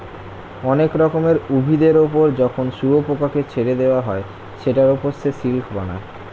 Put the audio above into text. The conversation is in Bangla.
অনেক রকমের উভিদের ওপর যখন শুয়োপোকাকে ছেড়ে দেওয়া হয় সেটার ওপর সে সিল্ক বানায়